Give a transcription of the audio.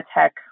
tech